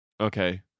Okay